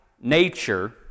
nature